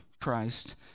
Christ